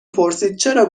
پرسیدچرا